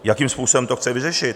Jakým způsobem to chce vyřešit.